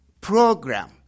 program